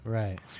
right